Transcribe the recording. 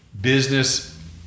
business